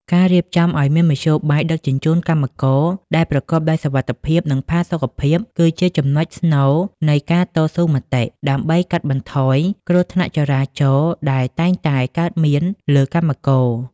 ការរៀបចំឱ្យមានមធ្យោបាយដឹកជញ្ជូនកម្មករដែលប្រកបដោយសុវត្ថិភាព និងផាសុកភាព គឺជាចំណុចស្នូលនៃការតស៊ូមតិ ដើម្បីកាត់បន្ថយគ្រោះថ្នាក់ចរាចរណ៍ដែលតែងតែកើតមានលើកម្មករ។